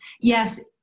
Yes